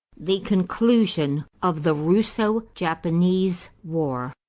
the conclusion of the russo-japanese war.